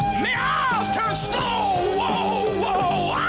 may hours turn slow-oh-oh-whoa!